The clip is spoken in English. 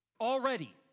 already